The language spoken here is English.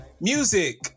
music